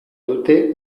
dute